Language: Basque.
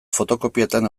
fotokopietan